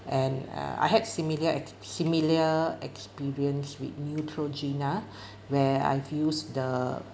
and uh I heard similar ex~ similar experience with neutrogena where I use the